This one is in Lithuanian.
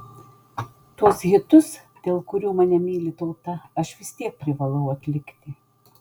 tuos hitus dėl kurių mane myli tauta aš vis tiek privalau atlikti